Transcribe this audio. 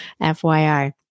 FYI